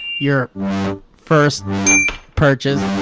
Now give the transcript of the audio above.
your first purchase